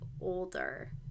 older